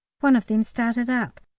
one of them started up,